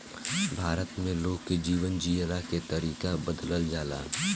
भारत में लोग के जीवन जियला के तरीका बदलल जाला